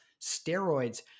steroids